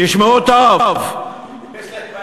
תשמעו טוב, יש לך,